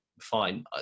fine